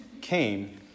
came